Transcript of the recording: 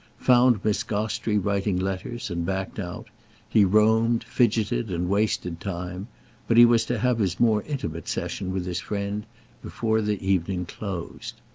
found miss gostrey writing letters and backed out he roamed, fidgeted and wasted time but he was to have his more intimate session with his friend before the evening closed.